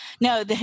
No